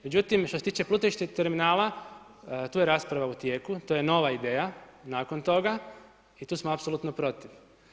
Međutim, što se tiče plutajućeg terminala tu je rasprava u tijeku, to je nova ideja nakon toga i tu smo apsolutno protiv.